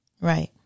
Right